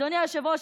אדוני היושב-ראש,